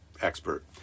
expert